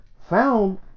found